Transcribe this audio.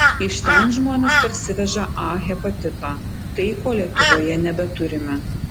iš ten žmonės parsiveža a hepatitą tai ko lietuvoje nebeturime